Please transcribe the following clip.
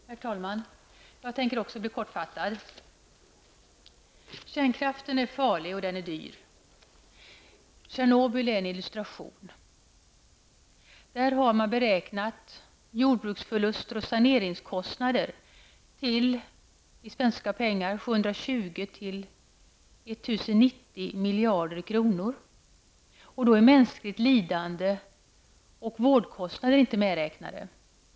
Herr talman! Också jag tänker bli kortfattad. Kärnkraften är farlig och dyr. Tjernobyl är en illustration av detta. Man har beräknat att jordbruksförluster och saneringskostnader i svenska pengar uppgår till 720--1 090 miljarder kronor, och då är mänskligt lidande och vårdkostnader inte medräknade.